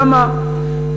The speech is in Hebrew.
למה,